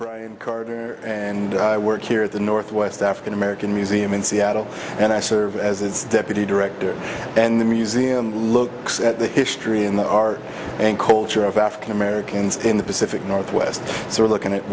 carter and i work here at the northwest african american museum in seattle and i serve as its deputy director and the museum looks at the history and the art and culture of african americans in the pacific northwest so we're looking at